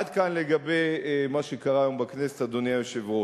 עד כאן לגבי מה שקרה היום בכנסת, אדוני היושב-ראש.